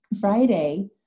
Friday